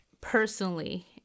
personally